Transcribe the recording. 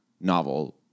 novel